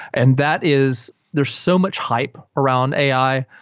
and that is there are so much hype around ai.